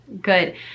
good